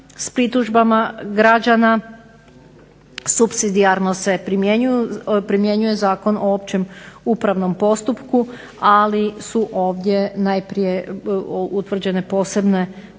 s pritužbama građana, supsidijarno se primjenjuje Zakon o općem upravnom postupku ali su ovdje najprije utvrđene posebne procesne